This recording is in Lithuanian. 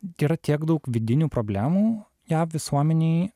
yra tiek daug vidinių problemų jav visuomenėj